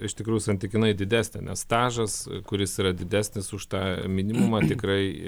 iš tikrųjų santykinai didesnė nes stažas kuris yra didesnis už tą minimumą tikrai